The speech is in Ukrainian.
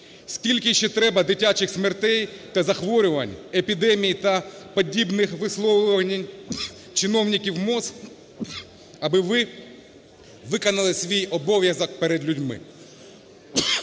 Скільки ще треба дитячих смертей та захворювань, епідемій та подібних висловлювань чиновників МОЗ, аби ви виконали свій обов'язок перед людьми?